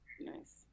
nice